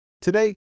Today